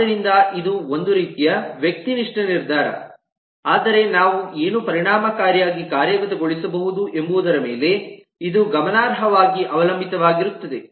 ಆದ್ದರಿಂದ ಇದು ಒಂದು ರೀತಿಯ ವ್ಯಕ್ತಿ ನಿಷ್ಠ ನಿರ್ಧಾರ ಆದರೆ ನಾವು ಏನು ಪರಿಣಾಮಕಾರಿಯಾಗಿ ಕಾರ್ಯಗತಗೊಳಿಸಬಹುದು ಎಂಬುದರ ಮೇಲೆ ಇದು ಗಮನಾರ್ಹವಾಗಿ ಅವಲಂಬಿತವಾಗಿರುತ್ತದೆ